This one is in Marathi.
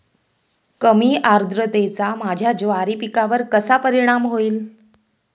कमी आर्द्रतेचा माझ्या ज्वारी पिकावर कसा परिणाम होईल?